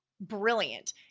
brilliant